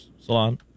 salon